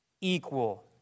equal